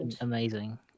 amazing